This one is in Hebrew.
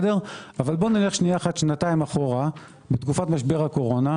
אבל נלך שנתיים אחורה לתקופת משבר הקורונה,